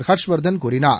ஹர்ஷ்வர்தன் கூறினார்